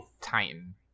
Titan